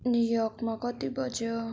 new योर्कमा कति बज्यो